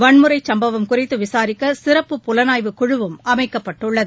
வன்முறை சும்பவம் குறித்து விசாரிக்க சிறப்பு புலனாய்வு குழுவும் அமைக்கப்பட்டுள்ளது